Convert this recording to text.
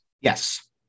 Yes